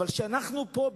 אבל כשאנחנו פה,